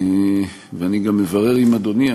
ואני גם אברר עם אדוני,